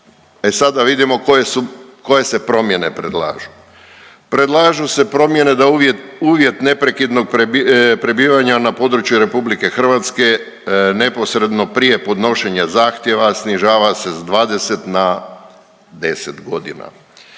E sad da vidimo koje se promjene predlažu? Predlažu se promjene da uvjet neprekidnog prebivanja na području Republike Hrvatske neposredno prije podnošenja zahtjeva snižava se sa 20 na 10 godina.